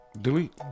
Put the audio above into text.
Delete